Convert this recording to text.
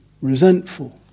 resentful